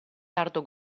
tardo